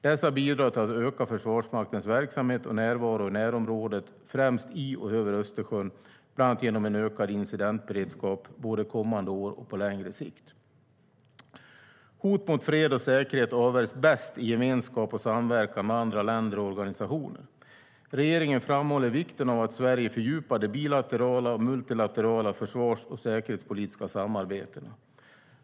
Dessa bidrar till att öka Försvarsmaktens verksamhet och närvaro i närområdet, främst i och över Östersjön, bland annat genom en ökad incidentberedskap, både kommande år och på längre sikt. Hot mot fred och säkerhet avvärjs bäst i gemenskap och samverkan med andra länder och organisationer. Regeringen framhåller vikten av att Sverige fördjupar de bilaterala och multilaterala försvars och säkerhetspolitiska samarbetena.